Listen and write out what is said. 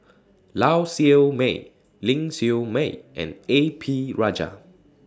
Lau Siew Mei Ling Siew May and A P Rajah